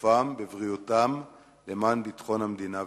בגופם או בבריאותם למען ביטחון המדינה ואזרחיה.